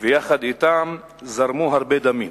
ויחד אתם זרמו הרבה דמים,